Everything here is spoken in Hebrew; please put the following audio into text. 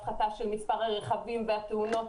הפחתה של מספר הרכבים והתאונות.